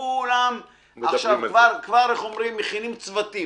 כולם מכינים כבר צוותים.